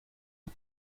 aux